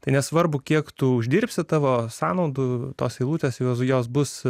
tai nesvarbu kiek tu uždirbsi tavo sąnaudų tos eilutės juozu jos bus